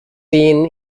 been